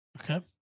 Okay